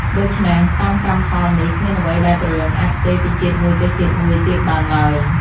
ដូច្នេះ តាមកម្មផលនេះ គ្មានអ្វីដែលព្រលឹងអាចផ្ទេរពីជាតិមួយទៅជាតិមួយទៀតបានឡើយ។